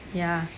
ya